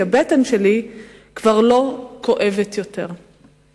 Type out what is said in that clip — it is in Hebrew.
כי הבטן שלי כבר לא כואבת יותר.